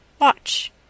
Watch